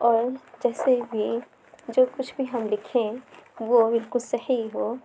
اور جیسے بھی جو کچھ بھی ہم لکھیں وہ بالکل صحیح ہو